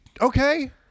okay